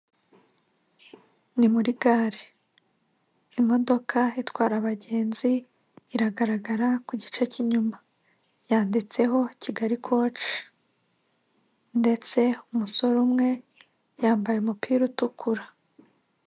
Ni muri gare, imodoka itwara abagenzi iragaragara ku gice cyuma, yanditseho kigali koci ndetse umusore umwe yambaye umupira utukura.